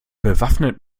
bewaffnet